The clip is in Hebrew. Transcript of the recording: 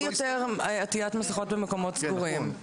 אין יותר עטיית מסכות במקומות סגורים.